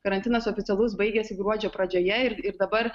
karantinas oficialus baigėsi gruodžio pradžioje ir ir dabar